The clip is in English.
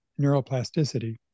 neuroplasticity